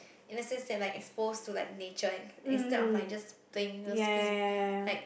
in the sense that like exposed to like nature instead of like just playing those physic like